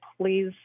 please